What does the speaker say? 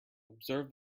observe